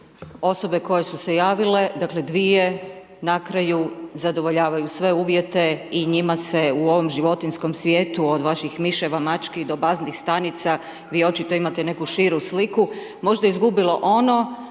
osobe koje su se javile, dakle dvije na kraju zadovoljavaju sve uvjete i njima se u ovom životinjskom svijetu od vaših miševa, mački, do baznih stanica, vi očito imate neku širu sliku, možda izgubilo ono